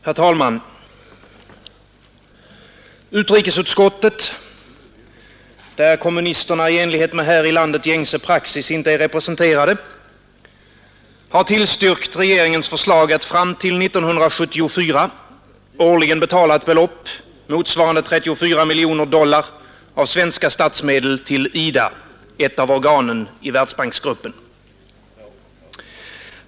Herr talman! Utrikesutskottet — där kommunisterna i enlighet med här i landet gängse praxis inte är representerade — har tillstyrkt regeringens förslag att fram till 1974 årligen betala ett belopp motsvarande 34 miljoner dollar av svenska statsmedel till IDA, ett av organen i Världsbanksgruppen.